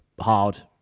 hard